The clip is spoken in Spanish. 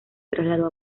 trasladó